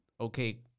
okay